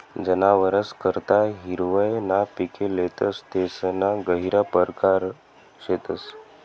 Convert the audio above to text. जनावरस करता हिरवय ना पिके लेतस तेसना गहिरा परकार शेतस